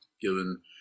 given